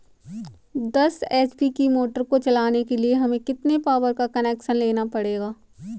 दस एच.पी की मोटर को चलाने के लिए हमें कितने पावर का कनेक्शन लेना पड़ेगा?